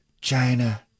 China